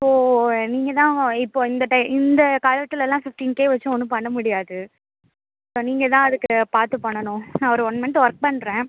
so நீங்கள் தான் இப்போது இந்த டைம் இந்த காலத்துலலெலாம் ஃபிப்டீன் கே வச்சி ஒன்றும் பண்ண முடியாது ஸோ நீங்கள் தான் அதுக்கு பார்த்து பண்ணணும் நான் ஒரு ஒன் மன்த் ஒர்க் பண்ணுறேன்